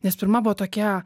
nes pirma buvo tokia